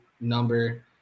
number